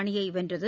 அணியை வென்றது